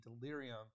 delirium